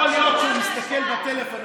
יכול להיות שהוא מסתכל בטלפון.